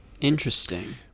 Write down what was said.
Interesting